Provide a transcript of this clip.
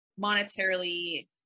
monetarily